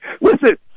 Listen